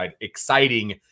exciting